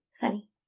funny